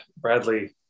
Bradley